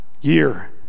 year